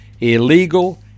illegal